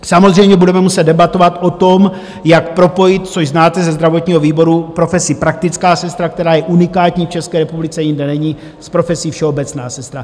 Samozřejmě budeme muset debatovat o tom, jak propojit, což znáte ze zdravotního výboru, profesi praktická sestra, která je unikátní v České republice, jinde není, s profesí všeobecná sestra.